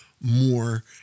more